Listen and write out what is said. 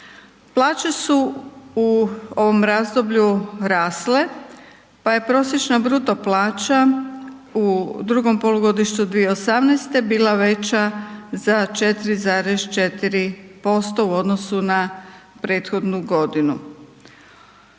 Plaće su u ovom razdoblju rasle, pa je prosječna bruto plaća u drugom polugodištu 2018.-te bila veća za 4,4% u odnosu na prethodnu godinu.